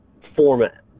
format